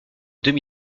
deux